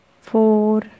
Four